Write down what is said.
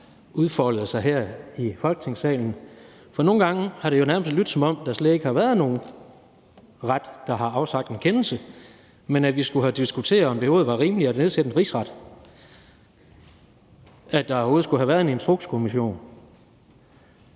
udfoldet sig her i Folketingssalen, for nogle gange har det nærmest lydt, som om der slet ikke har været nogen ret, der har afsagt en kendelse, men som om vi skulle diskutere, om det overhovedet var rimeligt at nedsætte en rigsret, og om der overhovedet skulle have været en instrukskommission.